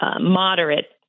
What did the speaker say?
moderate